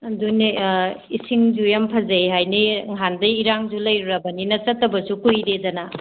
ꯑꯗꯨꯅꯦ ꯏꯁꯤꯡꯁꯨ ꯌꯥꯝ ꯐꯖꯩ ꯍꯥꯏꯅꯩꯑꯦ ꯅꯍꯥꯟꯗꯒꯤ ꯏꯔꯥꯡꯁꯨ ꯂꯩꯔꯨꯔꯕꯅꯤꯅ ꯆꯠꯇꯕꯁꯨ ꯀꯨꯏꯔꯦꯗꯅ